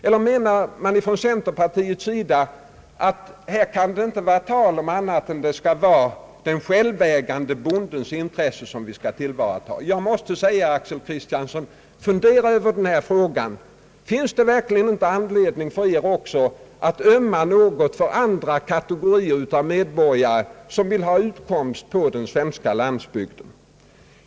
Eller menar man från centerpartiets sida att det här inte kan bli tal om annat än att det skall vara den självägande bondens intresse som vi skall tillvarata? Finns det verkligen inte anledning för er också att ömma något för andra kategorier av medborgare som vill ha utkomst på den svens ka landsbygden?